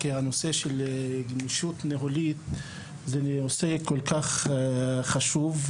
שהנושא של גמישות ניהולית הוא נושא כל כך חשוב.